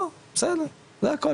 זהו, בסדר, זה הכל.